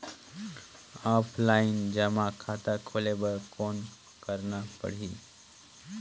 Offline जमा खाता खोले बर कौन करना पड़ही?